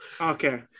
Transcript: okay